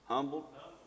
Humbled